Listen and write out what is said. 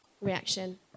reaction